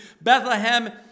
Bethlehem